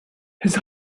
his